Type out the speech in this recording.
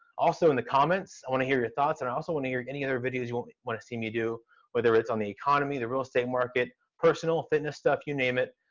also, in the comments i want to hear your thoughts. and i also want to hear any other videos you want want to see me do whether it's on the economy, the real estate market, personal, fitness stuff, you name it.